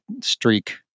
streak